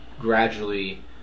gradually